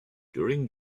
during